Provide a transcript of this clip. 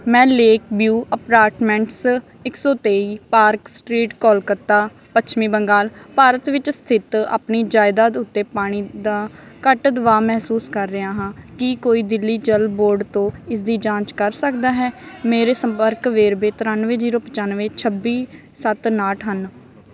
ਮੈਂ lake view apartments ਇੱਕ ਸੌ ਤੇਈ ਪਾਰਕ ਸਟ੍ਰੀਟ ਕੋਲਕਾਤਾ ਪੱਛਮੀ ਬੰਗਾਲ ਭਾਰਤ ਵਿੱਚ ਸਥਿਤ ਆਪਣੀ ਜਾਇਦਾਦ ਉੱਤੇ ਪਾਣੀ ਦਾ ਘੱਟ ਦਬਾਅ ਮਹਿਸੂਸ ਕਰ ਰਿਹਾ ਹਾਂ ਕੀ ਕੋਈ ਦਿੱਲੀ ਜਲ ਬੋਰਡ ਤੋਂ ਇਸ ਦੀ ਜਾਂਚ ਕਰ ਸਕਦਾ ਹੈ ਮੇਰੇ ਸੰਪਰਕ ਵੇਰਵੇ ਤਰਿਆਨਵੇਂ ਜ਼ੀਰੋ ਪਚਾਨਵੇਂ ਛੱਬੀ ਸੱਤ ਉਣਾਹਠ ਹਨ